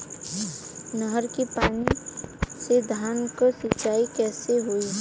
नहर क पानी से धान क सिंचाई कईसे होई?